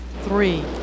three